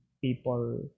people